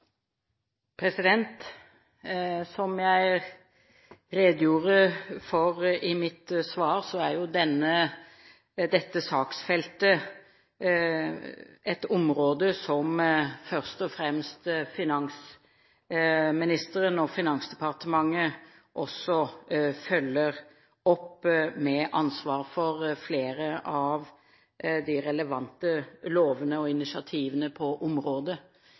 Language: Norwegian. Som jeg redegjorde for i mitt svar, er dette saksfeltet et område som først og fremst finansministeren og Finansdepartementet følger opp, med ansvar for flere av de relevante lovene og initiativene på området.